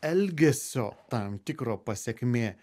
elgesio tam tikro pasekmė